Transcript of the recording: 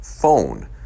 phone